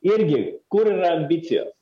irgi kur yra ambicijos